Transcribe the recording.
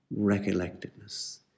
recollectedness